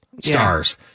stars